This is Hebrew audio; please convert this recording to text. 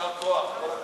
יישר כוח, כל הכבוד.